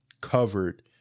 covered